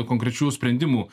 konkrečių sprendimų